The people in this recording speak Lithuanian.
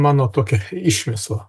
mano tokia išmisla